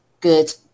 good